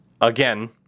Again